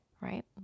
right